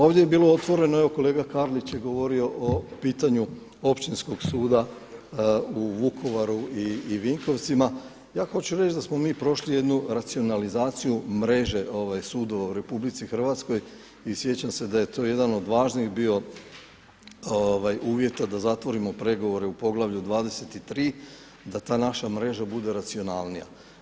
Ovdje je bilo otvoreno, evo kolega Karlić je govorio o pitanju Općinskog suda u Vukovaru i Vinkovcima, ja hoću reći da smo mi prošli jednu racionalizaciju mreže sudova u RH i sjećam se da je to jedan od važnih bio uvjeta da zatvorimo pregovore u poglavlju 23, da ta naša mreža bude racionalnija.